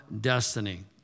destiny